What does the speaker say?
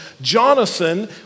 Jonathan